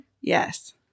Yes